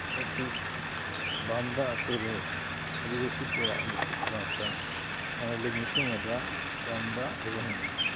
ᱢᱤᱫᱴᱮᱱ ᱵᱟᱢᱫᱟ ᱟᱹᱛᱩᱨᱮ ᱟᱹᱫᱤᱵᱟᱹᱥᱤ ᱠᱚᱣᱟᱜ ᱢᱤᱫᱴᱮᱱ ᱜᱟᱶᱛᱟ ᱟᱞᱮ ᱞᱮ ᱧᱩᱛᱩᱢᱟᱫᱟ ᱵᱟᱢᱫᱟ ᱮᱵᱷᱮᱱ ᱜᱟᱶᱛᱟ